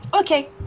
Okay